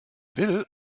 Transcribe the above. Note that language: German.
will